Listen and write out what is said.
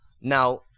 Now